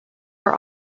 are